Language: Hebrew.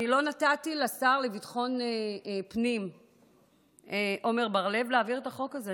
אני לא נתתי לשר לביטחון הפנים עמר בר לב להעביר את החוק הזה,